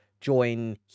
join